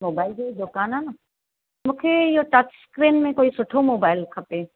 mobile जी दुकान आहे न मूंखे इहो टच स्क्रीन में कोई सुठो मोबाइल खपे